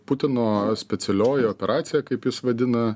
putino specialioji operacija kaip jis vadina